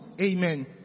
Amen